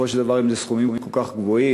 בסופו של דבר, אם זה סכומים כל כך גבוהים,